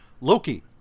Loki